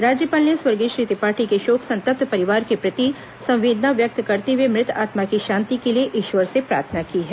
राज्यपाल ने स्वर्गीय श्री त्रिपाठी के शोक संतप्त परिवार के प्रति संवेदना व्यक्त करते हुए मृत आत्मा की शांति के लिए ईष्यर से प्रार्थना की है